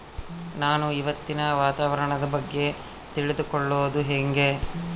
ನಾನು ಇವತ್ತಿನ ವಾತಾವರಣದ ಬಗ್ಗೆ ತಿಳಿದುಕೊಳ್ಳೋದು ಹೆಂಗೆ?